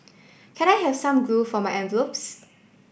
can I have some glue for my envelopes